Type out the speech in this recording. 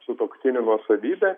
sutuoktinių nuosavybė